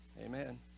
amen